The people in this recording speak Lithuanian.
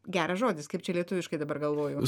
geras žodis kaip čia lietuviškai dabar galvoju